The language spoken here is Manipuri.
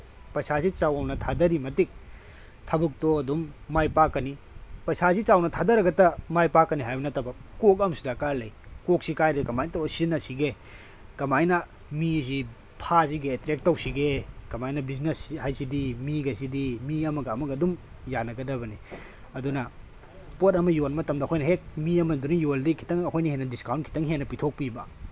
ꯄꯩꯁꯥꯁꯤ ꯆꯥꯎꯅ ꯊꯥꯊꯔꯤ ꯃꯇꯤꯛ ꯊꯕꯛꯇꯣ ꯑꯗꯨꯝ ꯃꯥꯏ ꯄꯥꯛꯀꯅꯤ ꯄꯩꯁꯥꯁꯤ ꯆꯥꯎꯅ ꯊꯥꯊꯔꯒꯇ ꯃꯥꯏ ꯄꯥꯛꯀꯅꯤ ꯍꯥꯏꯕ ꯅꯠꯇꯕ ꯀꯣꯛ ꯑꯃꯁꯨ ꯗꯔꯀꯥꯔ ꯂꯩ ꯀꯣꯛꯁꯤ ꯀꯥꯏꯗꯒꯤ ꯀꯃꯥꯏꯅ ꯇꯧꯔ ꯁꯤꯖꯤꯟꯅꯁꯤꯒꯦ ꯀꯃꯥꯏꯅ ꯃꯤꯁꯤ ꯐꯥꯁꯤꯒꯦ ꯑꯦꯇ꯭ꯔꯦꯛ ꯇꯧꯁꯤꯒꯦ ꯀꯃꯥꯏꯅ ꯕꯤꯁꯅꯦꯁꯁꯤ ꯍꯥꯏꯁꯤꯗꯤ ꯃꯤꯒꯁꯤꯗꯤ ꯃꯤ ꯑꯃꯒ ꯑꯃꯒ ꯑꯗꯨꯝ ꯌꯥꯅꯒꯗꯕꯅꯤ ꯑꯗꯨꯅ ꯄꯣꯠ ꯑꯃ ꯌꯣꯟꯕ ꯃꯇꯝꯗ ꯑꯩꯈꯣꯏꯅ ꯍꯦꯛ ꯃꯤ ꯑꯃꯗꯨꯅ ꯌꯣꯜꯂꯤꯗꯨꯗꯒꯤ ꯈꯤꯇꯪ ꯑꯩꯈꯣꯏꯅ ꯍꯦꯟꯅ ꯗꯤꯁꯀꯥꯎꯟ ꯈꯤꯇꯪ ꯍꯦꯟꯅ ꯄꯤꯊꯣꯛꯄꯤꯕ